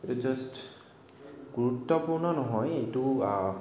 just গুৰুত্বপূৰ্ণ নহয় এইটো